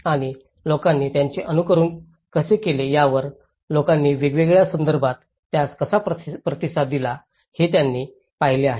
आणि लोकांनी त्याचे अनुकरण कसे केले यावर लोकांनी वेगवेगळ्या संदर्भात त्यास कसा प्रतिसाद दिला हे त्यांनी पाहिले आहे